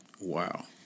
Wow